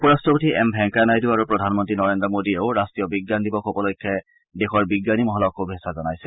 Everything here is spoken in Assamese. উপ ৰাট্টপতি এম ভেংকায়া নাইডু আৰু প্ৰধানমন্ত্ৰী নৰেন্দ্ৰ মোদীয়েও ৰাষ্ট্ৰীয় বিজ্ঞান দিৱস উপলক্ষে দেশৰ বিজ্ঞানী মহলক শুভেচ্ছা জনাইছে